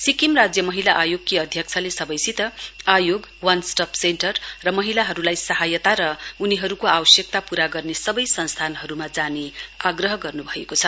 सिक्किम राज्य महिला आयोगकी अध्यक्षले सबैसित आयोग वान स्टोप सेन्टर र महिलाहरूलाई सहायता र उनीहरूको आवश्यकता पूरा गर्ने सबै संस्थानहरूमा जाने आग्रह गर्नुभएको छ